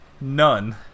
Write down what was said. None